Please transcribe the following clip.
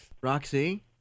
Roxy